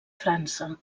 frança